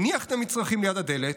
הניח את המצרכים ליד הדלת,